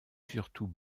surtout